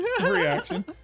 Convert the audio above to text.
reaction